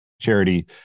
charity